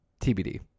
TBD